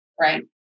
right